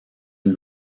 une